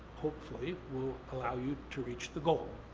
hopefully, will allow you to reach the goal.